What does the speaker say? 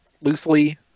Loosely